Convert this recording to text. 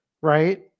right